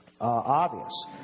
obvious